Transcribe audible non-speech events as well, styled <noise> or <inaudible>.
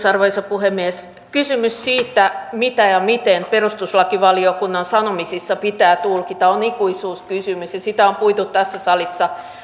<unintelligible> arvoisa puhemies kysymys siitä mitä ja miten perustuslakivaliokunnan sanomisia pitää tulkita on ikuisuuskysymys ja sitä on puitu tässä salissa